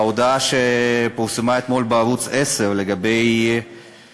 ההודעה שפורסמה אתמול בערוץ 10 על זה שראש